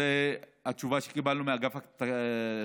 זו התשובה שקיבלנו מאגף השכר.